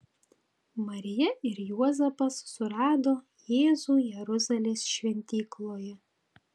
marija ir juozapas surado jėzų jeruzalės šventykloje